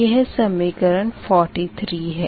यह समीकरण 43 है